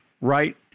right